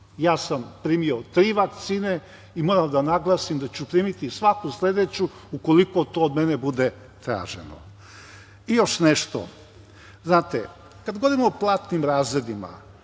Ja sam primio tri vakcine i moram da naglasim da ću primiti svaku sledeću ukoliko to od mene bude traženo. Još nešto, znate, kad govorimo o platnim razredima